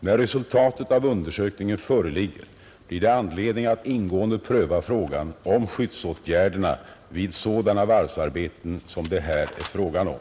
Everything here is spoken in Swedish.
När resultatet av undersökningen föreligger blir det anledning att ingående pröva frågan om skyddsåtgärdena vid sådana varvsarbeten som det här är fråga om.